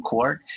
Court